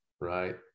Right